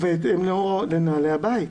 ובהתאם לנהלי הבית.